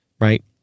right